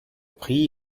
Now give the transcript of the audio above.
prit